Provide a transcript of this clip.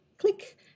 click